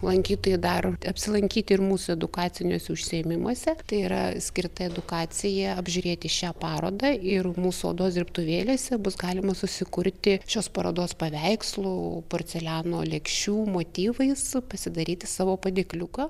lankytojai dar apsilankyti ir mūsų edukaciniuose užsiėmimuose tai yra skirta edukacija apžiūrėti šią parodą ir mūsų odos dirbtuvėlėse bus galima susikurti šios parodos paveikslų porceliano lėkščių motyvais pasidaryti savo padėkliuką